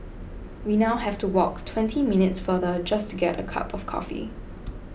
we now have to walk twenty minutes farther just to get a cup of coffee